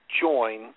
join